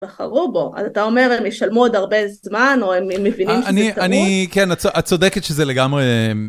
בחרו בו אז אתה אומר להם ישלמו עוד הרבה זמן או הם מבינים שאני אני כן את צודקת שזה לגמרי.